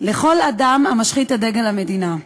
לכל אדם המשחית את דגל המדינה.